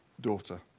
daughter